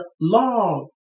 long